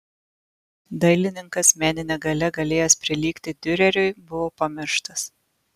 dailininkas menine galia galėjęs prilygti diureriui buvo pamirštas